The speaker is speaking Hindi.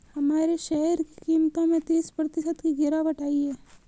हमारे शेयर की कीमतों में तीस प्रतिशत की गिरावट आयी है